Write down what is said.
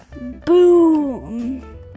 Boom